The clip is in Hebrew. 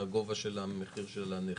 שמשרד השיכון התבקש להציג את הנתונים.